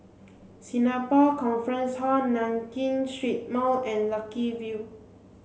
Singapore Conference Hall Nankin Street Mall and Lucky View